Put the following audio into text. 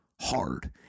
hard